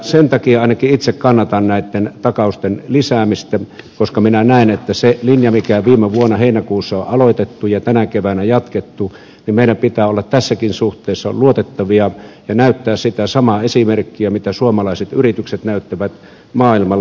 sen takia ainakin itse kannatan näitten takausten lisäämistä koska minä näen että sillä linjalla mikä viime vuonna heinäkuussa on aloitettu ja mitä on tänä keväänä jatkettu meidän pitää olla tässäkin suhteessa luotettavia ja näyttää sitä samaa esimerkkiä mitä suomalaiset yritykset näyttävät maailmalla